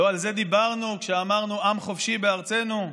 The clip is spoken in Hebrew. לא על זה דיברנו כשאמרנו: עם חופשי בארצנו?